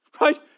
Right